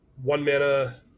One-mana